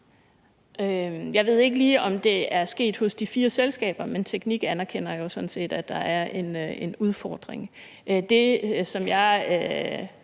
Jeg ved ikke lige, om det er sket hos de fire selskaber, men TEKNIQ anerkender jo sådan set, at der er en udfordring. Det, som jeg